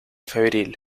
febril